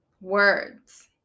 words